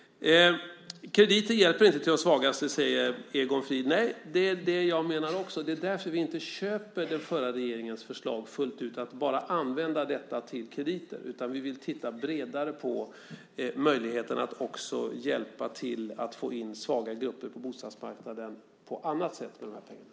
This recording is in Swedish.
Krediter hjälper inte de svagaste, säger Egon Frid. Nej, det menar jag också. Det är därför vi inte köper den förra regeringens förslag fullt ut, att bara använda detta till krediter. Vi vill titta bredare på möjligheten att också hjälpa till att få in svaga grupper på bostadsmarknaden på annat sätt med de här pengarna.